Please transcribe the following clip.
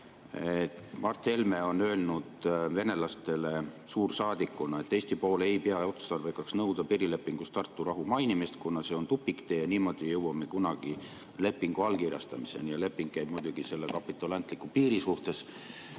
Mart Helme on öelnud venelastele suursaadikuna, et Eesti pool ei pea otstarbekaks nõuda piirilepingus Tartu rahu mainimist, kuna see on tupiktee ja niimoodi ei jõua me kunagi lepingu allkirjastamiseni. Ja leping on muidugi selle kapitulantliku piiri kohta.